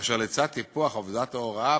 אשר לצד טיפוח עבודת ההוראה,